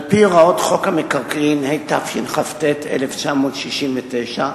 על-פי הוראות חוק המקרקעין, התשכ"ט 1969,